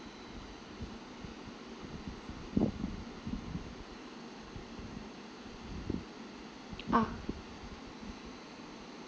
ah